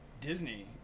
disney